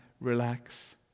relax